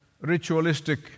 ritualistic